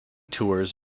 tours